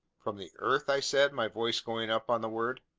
from the earth? i said, my voice going up on the word.